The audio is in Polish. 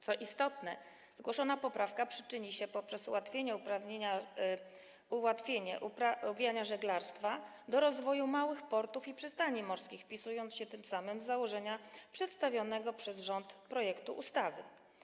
Co istotne, zgłoszona poprawka przyczyni się poprzez ułatwienie uprawiania żeglarstwa do rozwoju małych portów i przystani morskich, wpisując się tym samym w założenia przedstawionego przez rząd projektu ustawy.